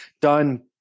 done